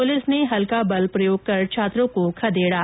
police ने हल्का बल प्रयोग कर छात्रों को खदेड़ा